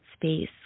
space